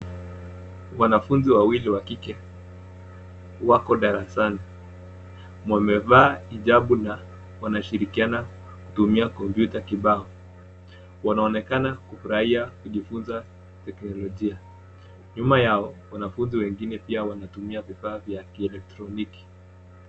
Wanafunzi wawili wa kike wako darasani. Wamevaa hijabu na wanashirikiana kutumia kompyuta kibao. Wanaonekan kufurahia kujifunza teknolojia. Nyuma yao, wanafunzi wengine pia wanatumia vifaa vya kielektroniki.